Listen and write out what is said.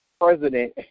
president